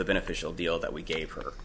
the beneficial deal that we gave her